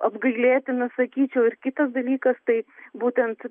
apgailėtinas sakyčiau ir kitas dalykas tai būtent